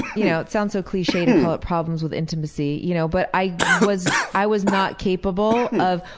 you know it sounds so cliche to call it problems with intimacy, you know but i was i was not capable of.